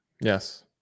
Yes